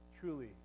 truly